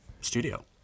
studio